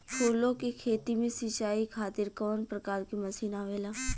फूलो के खेती में सीचाई खातीर कवन प्रकार के मशीन आवेला?